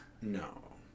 no